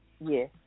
Yes